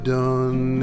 done